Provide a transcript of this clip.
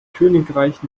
königreich